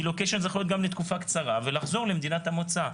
רילוקיישן זה יכול להיות גם לתקופה קצרה ולחזור למדינת המוצא.